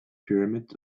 pyramids